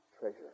treasure